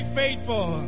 faithful